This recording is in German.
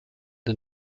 der